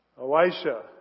Elisha